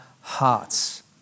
hearts